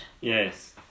Yes